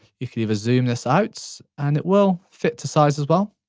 you can even zoom this out, and it will fit to size as well.